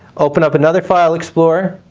open up another file explorer,